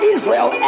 Israel